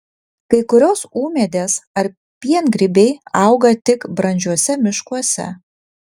kai kurios ūmėdės ar piengrybiai auga tik brandžiuose miškuose